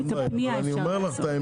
הפנייה אפשר.